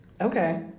Okay